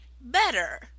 better